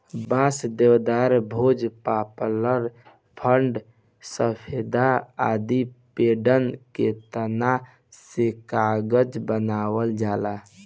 बांस, देवदार, भोज, पपलर, फ़र, सफेदा आदि पेड़न के तना से कागज बनावल जाला